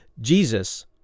Jesus